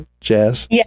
Jazz